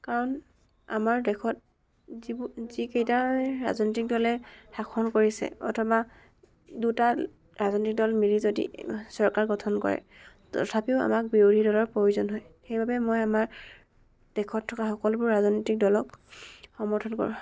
কাৰণ আমাৰ দেশত যিবোৰ যিকেইটাৰ ৰাজনৈতিক দলে শাসন কৰিছে অথবা দুটা ৰাজনৈতিক দল মিলি যদি চৰকাৰ গঠন কৰে তথাপিও আমাক বিৰোধী দলৰ প্ৰয়োজন হয় সেইবাবে মই আমাৰ দেশত থকা সকলোবোৰ ৰাজনৈতিক দলক সমৰ্থন কৰোঁ